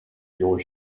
your